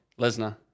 Lesnar